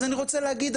אז אני רוצה להגיד,